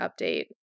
update